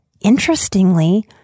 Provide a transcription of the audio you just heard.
interestingly